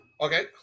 Okay